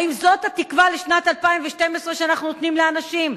האם זאת התקווה לשנת 2012 שאנחנו נותנים לאנשים?